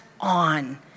on